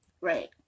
Right